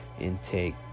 intake